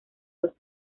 los